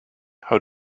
how